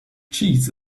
cheese